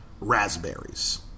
raspberries